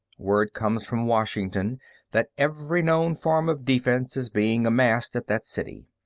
word comes from washington that every known form of defense is being amassed at that city.